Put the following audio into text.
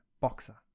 boxer